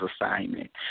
assignment